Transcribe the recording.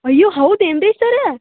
ಅಯ್ಯೋ ಹೌದೇನು ರೀ ಸರ್ರ